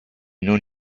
non